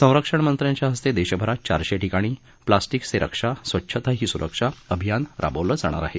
संरक्षणमंत्र्यांच्या हस्ते देशभरात चारशे ठिकाणी प्लास्टिक से रक्षा स्वच्छता ही सुरक्षा अभियान राबवलं जाणार आहे